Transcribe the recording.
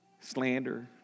slander